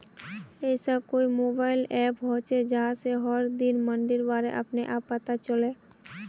ऐसा कोई mobile app होचे जहा से हर दिन मंडीर बारे अपने आप पता चले?